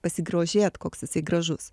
pasigrožėt koks esi gražus